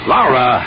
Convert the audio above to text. Laura